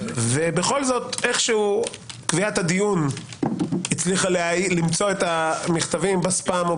בכל זאת איכשהו קביעת הדיון הצליחה למצוא את המכתבים בספאם.